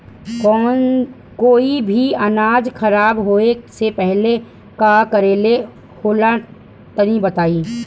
कोई भी अनाज खराब होए से पहले का करेके होला तनी बताई?